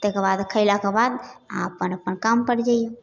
ताहिकेबाद खेलाके बाद अहाँ अप्पन अप्पन कामपर जइऔ